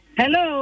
hello